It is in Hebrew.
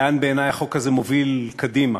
לאן בעיני החוק הזה מוביל קדימה.